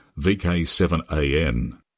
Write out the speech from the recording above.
VK7AN